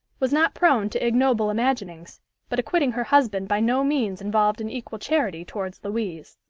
was not prone to ignoble imaginings but acquitting her husband by no means involved an equal charity towards louise.